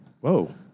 Whoa